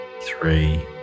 three